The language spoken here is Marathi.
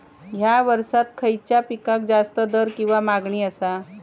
हया वर्सात खइच्या पिकाक जास्त दर किंवा मागणी आसा?